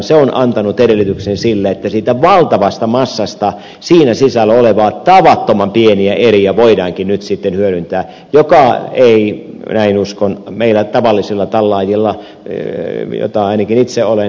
se on antanut edellytyksen sille että siitä valtavasta massasta siinä sisällä olevia tavattoman pieniä eriä voidaankin nyt sitten hyödyntää mistä mahdollisuudesta näin uskon meillä tavallisilla tallaajilla joita ainakin itse olen en tiedä ed